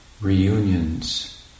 reunions